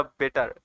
better